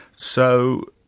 so,